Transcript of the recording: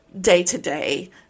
day-to-day